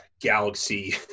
galaxy